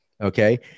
okay